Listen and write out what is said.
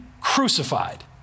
crucified